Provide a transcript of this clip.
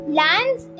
lands